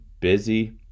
busy